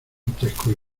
grotescos